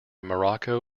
morocco